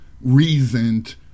reasoned